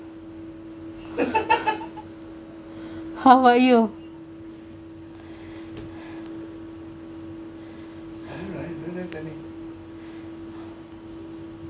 how about you